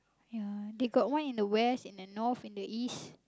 ya they got one in the west in the north in the east